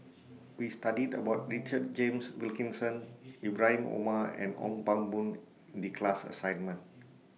We studied about Richard James Wilkinson Ibrahim Omar and Ong Pang Boon in class assignment